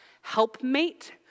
helpmate